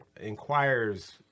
inquires